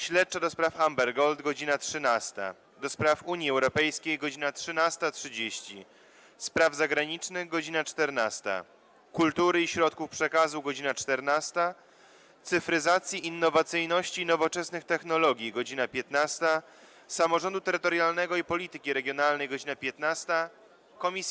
Śledczej do spraw Amber Gold - godz. 13, - do Spraw Unii Europejskiej - godz. 13.30, - Spraw Zagranicznych - godz. 14, - Kultury i Środków Przekazu - godz. 14, - Cyfryzacji, Innowacyjności i Nowoczesnych Technologii - godz. 15, - Samorządu Terytorialnego i Polityki Regionalnej - godz. 15,